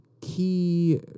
key